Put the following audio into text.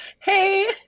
Hey